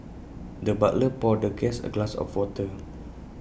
the butler poured the guest A glass of water